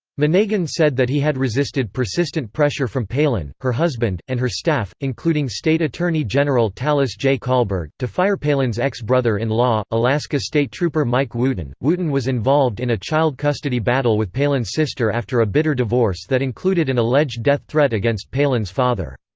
monegan said that he had resisted persistent pressure from palin, her husband, and her staff, including state attorney general talis j. colberg, to fire palin's ex-brother-in-law, alaska state trooper mike wooten wooten was involved in a child custody battle with palin's sister after a bitter divorce that included an alleged death threat against palin's father.